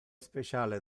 speciale